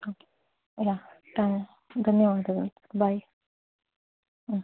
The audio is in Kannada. ಓಕೆ ಯಾ ತ್ಯಾಂಕ್ಸ್ ಧನ್ಯವಾದಗಳು ಬಾಯ್ ಹ್ಞೂ